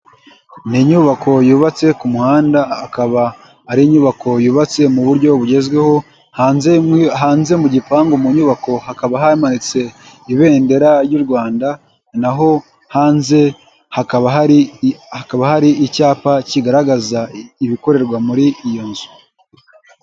Ni inyubako yubatse ku muhanda akaba ari inyubako yubatse mu buryo bugezweho, hanze hanze mu gipangu mu nyubako hakaba hamanitse ibendera ry'u Rwanda, naho hanze hakaba hari hakaba hari icyapa kigaragaza ibikorerwa muri iyo nzu.